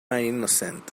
innocent